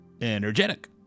energetic